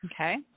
Okay